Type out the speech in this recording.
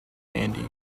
andy